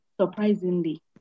surprisingly